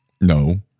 No